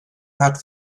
hat